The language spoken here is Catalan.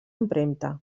empremta